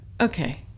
okay